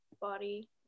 body